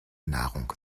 nahrung